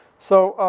so,